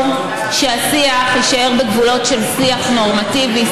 שהשיח יישאר בגבולות של שיח נורמטיבי,